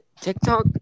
TikTok